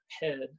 head